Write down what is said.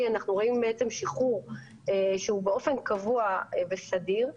אנחנו רואים בעצם שחרור שהוא באופן קבוע וסדיר,